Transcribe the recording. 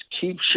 keep